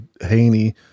Haney